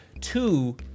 two